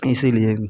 इसीलिए